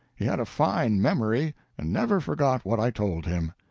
he had a fine memory and never forgot what i told him.